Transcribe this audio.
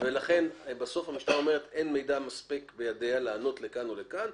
לכן בסוף המשטרה אומרת שאין מידע מספיק בידיה לענות לכאן או לכאן.